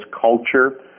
culture